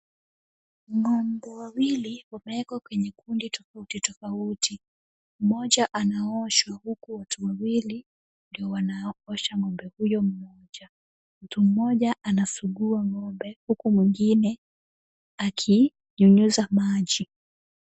Ng'ombe wawili wameekwa kwenye kundi tofauti tofauti, mmoja anaoshwa huku watu wawili ndio wanaosha ng'ombe huyo mmoja. Mtu mmoja anasugua ng'ombe huku mwingine akinyunyiza maji.